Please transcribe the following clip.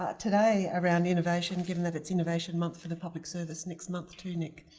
ah today, around innovation, given that it's innovation month for the public service next month too, nick,